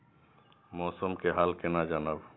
मौसम के हाल केना जानब?